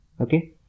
Okay